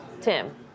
Tim